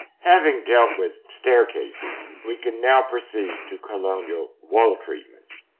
having dealt with staircases, we can now proceed to colonial wall treatments.